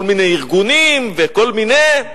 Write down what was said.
כל מיני ארגונים וכל מיני,